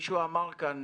מישהו אמר כאן,